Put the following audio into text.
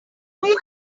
who